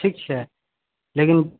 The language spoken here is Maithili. ठीक छै लेकिन